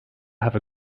have